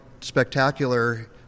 spectacular